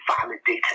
validated